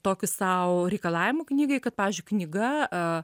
tokiu sau reikalavimu knygai kad pavyzdžiui knyga e